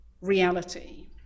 reality